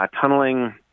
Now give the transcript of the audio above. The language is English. tunneling